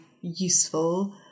useful